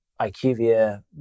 IQVIA